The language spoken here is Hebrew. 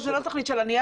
זאת לא תוכנית על הנייר.